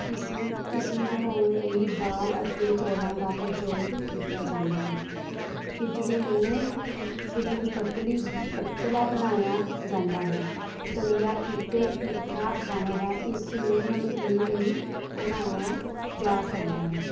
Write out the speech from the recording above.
ਇਸ ਨੂੰ ਇਸ ਨੂੰ ਬਣਾਉਣ ਲਈ ਦਾਲ ਅਤੇ ਚੌਲਾਂ ਦਾ ਪ੍ਰਯੋਗ ਕੀਤਾ ਜਾਂਦਾ ਹੈ ਖਿਚੜੀ ਨੂੰ ਖਿਚੜੀ ਨੂੰ ਪਤਲੀ ਪਤਲਾ ਬਣਾਇਆ ਜਾਂਦਾ ਹੈ ਦਲੀਆ ਇੱਕ ਮਿੱਠਾ ਖਾਣਾ ਹੈ ਇਸ ਨੂੰ ਨਮਕੀਨ ਵੀ ਬਣਾਇਆ ਜਾ ਸਕਦਾ ਹੈ